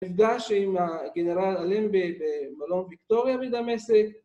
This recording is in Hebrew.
נפגש עם הגנרל אלמבה במלון ויקטוריה בדמשק